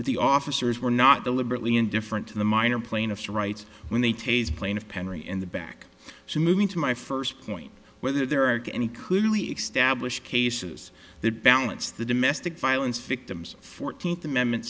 the officers were not deliberately indifferent to the minor plaintiff's rights when they taze plaintiff penry in the back so moving to my first point whether there are any clearly established cases that balance the domestic violence victims fourteenth amendment